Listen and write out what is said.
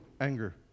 anger